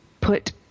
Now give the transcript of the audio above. put